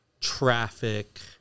traffic